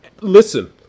listen